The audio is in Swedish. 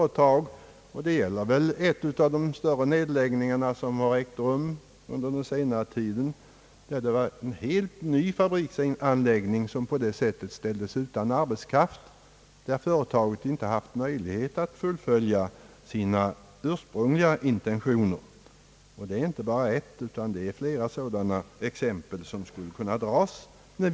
En av de större nedläggningar som ägt rum under senare tid gällde för övrigt en helt ny fabriksanläggning, där man inte hade möjlig het att fullfölja sina ursprungliga intentioner. Inte bara ett utan flera sådana exempel skulle kunna ges.